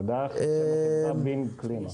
תודה בשם החברה בינג קלימה.